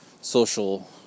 social